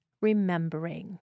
remembering